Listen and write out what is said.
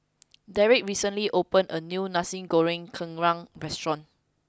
Derick recently opened a new Nasi Goreng Kerang restaurant